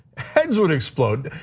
heads would explode.